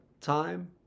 time